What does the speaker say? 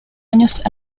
años